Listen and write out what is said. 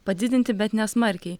padidinti bet nesmarkiai